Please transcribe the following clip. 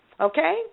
Okay